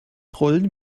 rollen